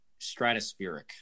stratospheric